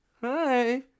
Hi